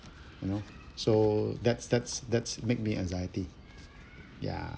you know so that's that's that's make me anxiety ya